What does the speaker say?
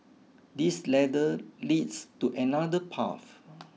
this ladder leads to another path